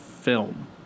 Film